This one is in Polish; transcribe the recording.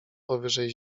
powyżej